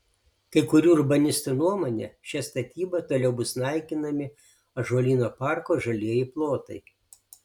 kai kurių urbanistų nuomone šia statyba toliau bus naikinami ąžuolyno parko žalieji plotai